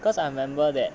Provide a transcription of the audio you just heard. cause I remember that